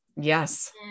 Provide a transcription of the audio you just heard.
Yes